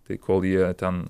tai kol jie ten